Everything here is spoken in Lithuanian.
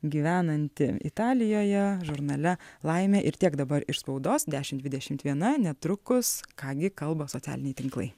gyvenanti italijoje žurnale laimė ir tiek dabar iš spaudos dešim dvidešimt viena netrukus ką gi kalba socialiniai tinklai